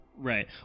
Right